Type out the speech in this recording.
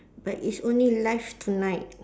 but it's only live tonight